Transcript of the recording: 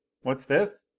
what's this?